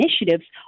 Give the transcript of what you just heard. initiatives